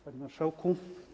Panie Marszałku!